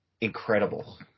incredible